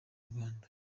rwanda